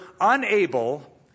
unable